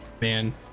man